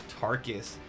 Tarkus